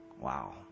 Wow